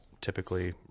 typically